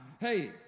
hey